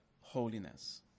holiness